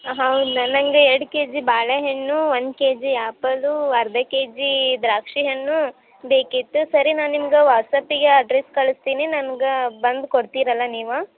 ಹೌದಾ ನನಗೆ ಎರಡು ಕೆಜಿ ಬಾಳೆ ಹಣ್ಣು ಒಂದು ಕೆಜಿ ಆ್ಯಪಲ್ಲು ಅರ್ಧ ಕೆಜೀ ದ್ರಾಕ್ಷಿ ಹಣ್ಣು ಬೇಕಿತ್ತು ಸರಿ ನಾನು ನಿಮ್ಗೆ ವಾಟ್ಸ್ಆ್ಯಪಿಗೆ ಅಡ್ರೆಸ್ ಕಳಿಸ್ತೀನಿ ನನ್ಗೆ ಬಂದು ಕೊಡ್ತೀರಲ್ಲ ನೀವೇ